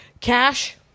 Cash